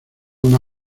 una